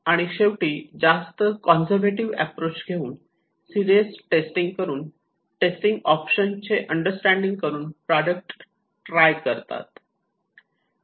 आणि शेवटी जास्त काँझर्व्हेटिव्ह अॅप्रोच घेऊन सिरीयस टेस्टिंग करून टेस्टिंग ऑप्शन चे अंडरस्टँडिंग करून प्रॉडक्ट ट्राय करतात